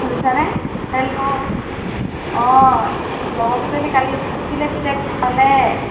শুনিছানে হেল্ল' অঁ লগৰকেইজনী কালি গৈছিলে তেতিয়া গম পালে